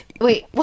Wait